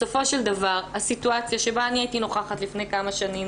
בסופו של דבר הסיטואציה שבה אני הייתי נוכחת לפני כמה שנים,